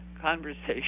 conversation